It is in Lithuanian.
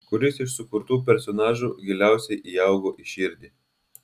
kuris iš sukurtų personažų giliausiai įaugo į širdį